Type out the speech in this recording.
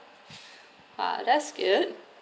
ah that's good